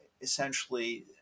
essentially